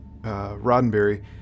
Roddenberry